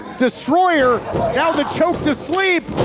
destroyer, now the choke to sleep.